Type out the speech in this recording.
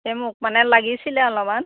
এই মোক মানে লাগিছিলে অলপমান